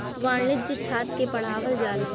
वाणिज्य छात्र के पढ़ावल जाला